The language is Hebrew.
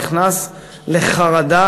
נכנס לחרדה,